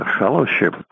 fellowship